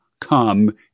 come